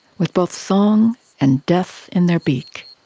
with both song and death in their beak,